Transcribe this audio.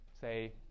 say